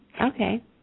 okay